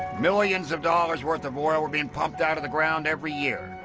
millions of dollars worth of oil were being popped out of the ground every year.